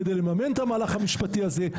כדי לממן את המהלך המשפטי הזה.